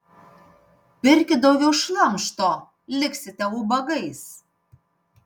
pirkit daugiau šlamšto liksite ubagais